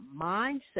mindset